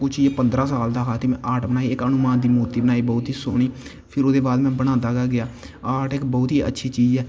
कुछ में कोई पंद्रहां साल दा हा ते में इक्क आर्ट बनाई हनुमान दी मूर्ति बनाई बहोत ई सोह्नी फ्ही में बनांदा गै गेआ आर्ट इक्क बहोत ई अच्छी चीज़ ऐ